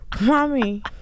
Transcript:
Mommy